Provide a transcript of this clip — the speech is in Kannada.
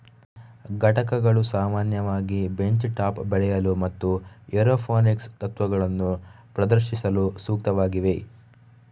ಘಟಕಗಳು ಸಾಮಾನ್ಯವಾಗಿ ಬೆಂಚ್ ಟಾಪ್ ಬೆಳೆಯಲು ಮತ್ತು ಏರೋಪೋನಿಕ್ಸ್ ತತ್ವಗಳನ್ನು ಪ್ರದರ್ಶಿಸಲು ಸೂಕ್ತವಾಗಿವೆ